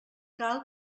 cal